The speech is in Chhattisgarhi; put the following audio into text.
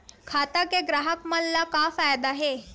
खाता से ग्राहक मन ला का फ़ायदा हे?